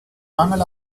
mangel